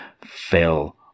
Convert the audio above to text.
fell